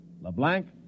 Leblanc